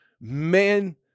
man